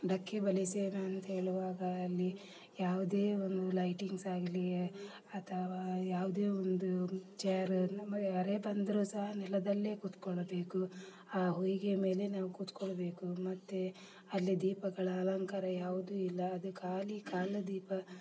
ಡಕ್ಕೆಬಲಿ ಸೇವೆ ಅಂತ ಹೇಳುವಾಗ ಅಲ್ಲಿ ಯಾವುದೆ ಒಂದು ಲೈಟಿಂಗ್ಸ್ ಆಗಲಿ ಅಥವಾ ಯಾವುದೆ ಒಂದು ಚ್ಯಾರ್ ಯಾರೇ ಬಂದರು ಸಹ ನೆಲದಲ್ಲೆ ಕೂತ್ಕೊಳ್ಬೇಕು ಆ ಹೊಯಿಗೆ ಮೇಲೆ ನಾವು ಕೂತ್ಕೊಳ್ಬೇಕು ಮತ್ತೆ ಅಲ್ಲಿ ದೀಪಗಳ ಅಲಂಕಾರ ಯಾವುದು ಇಲ್ಲ ಅದು ಖಾಲಿ ಕಾಲುದೀಪ